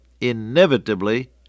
Inevitably